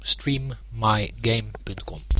Streammygame.com